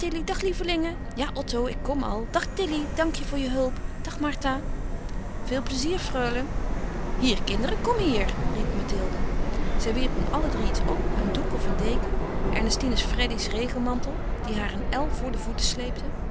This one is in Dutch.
ja otto ik kom al dag tilly dank je voor je hulp dag martha veel plezier freule hier kinderen kom hier riep mathilde zij wierp hun alle drie iets om een doek of een deken ernestine freddy's regenmantel die haar een el voor de voeten sleepte